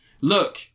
look